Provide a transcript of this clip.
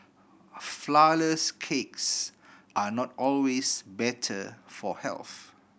flourless cakes are not always better for health